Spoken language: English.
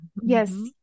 Yes